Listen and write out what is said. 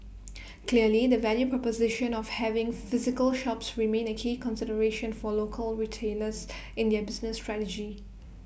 clearly the value proposition of having physical shops remains A key consideration for local retailers in their business strategy